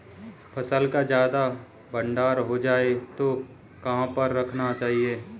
फसल का ज्यादा भंडारण हो जाए तो कहाँ पर रखना चाहिए?